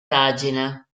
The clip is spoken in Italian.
pagina